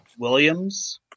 Williams